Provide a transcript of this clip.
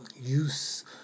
use